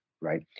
right